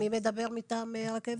מי מדבר מטעם הרכבת?